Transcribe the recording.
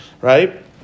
Right